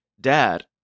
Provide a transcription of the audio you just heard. Dad